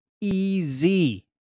easy